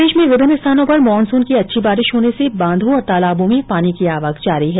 प्रदेश में विभिन्न स्थानों पर मॉनसून की अच्छी बारिश होने से बांधों और तालाबों में पानी की आवक जारी है